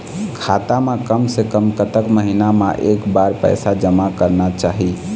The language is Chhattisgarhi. खाता मा कम से कम कतक महीना मा एक बार पैसा जमा करना चाही?